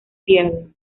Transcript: pierden